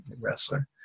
wrestler